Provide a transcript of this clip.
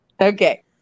Okay